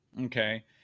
Okay